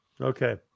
Okay